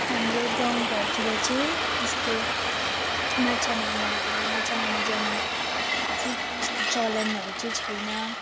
हाम्रो गाउँ घरतिर चाहिँ यस्तो माछा मार्ने माछा मार्नु जाने चाहिँ यस्तो चलनहरू चाहिँ छैन